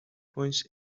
points